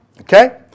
Okay